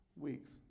weeks